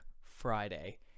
Friday